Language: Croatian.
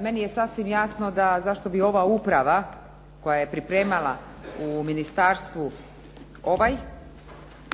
Meni je sasvim jasno zašto bi ova uprava koja je pripremala u ministarstvu ovaj